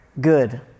good